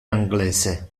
anglese